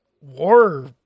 war